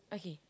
okay